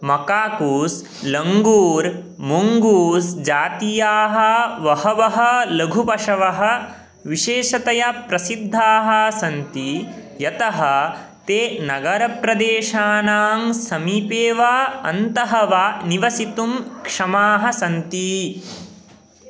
macaques लङ्गूर् मुङ्गूस् जातीयाः वहवः लघुपशवः विशेषतया प्रसिद्धाः सन्ति यतः ते नगरप्रदेशानां समीपे वा अन्तः वा निवसितुं क्षमाः सन्ति